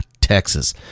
Texas